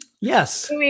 Yes